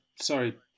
sorry